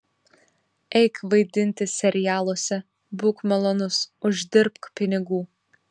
eik vaidinti serialuose būk malonus uždirbk pinigų